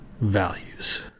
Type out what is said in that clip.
values